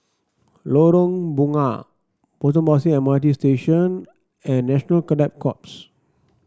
Lorong Bunga Potong Pasir M R T Station and National Cadet Corps